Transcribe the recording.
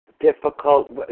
difficult